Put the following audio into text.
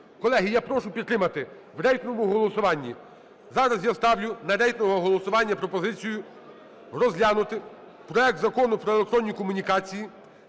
Колеги, я прошу підтримати в рейтинговому голосуванні. Зараз я ставлю на рейтингове голосування пропозицію розглянути проект Закону про електронні комунікації